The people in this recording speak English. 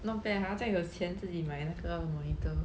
not bad ah 这样有钱自己买那个 monitor